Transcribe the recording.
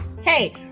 Hey